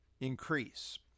increase